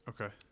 Okay